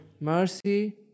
Mercy